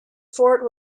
fort